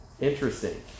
interesting